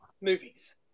movies